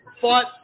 fought